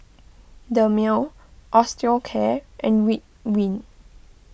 Dermale Osteocare and Ridwind